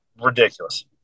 ridiculous